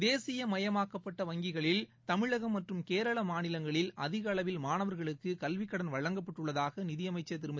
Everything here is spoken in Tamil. தேசியமயமாக்கப்பட்ட வங்கிகளில் தமிழகம் மற்றும் கேரள மாநிலங்களில் அதிக அளவில் மாணவர்களுக்கு கல்விக் கடன் வழங்கப்பட்டுள்ளதாக மத்திய நிதியமைச்சர் திருமதி